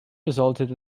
resulted